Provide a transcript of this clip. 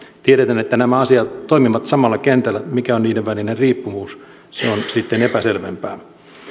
tiedetään että nämä asiat toimivat samalla kentällä mikä on niiden välinen riippuvuus se on sitten epäselvempää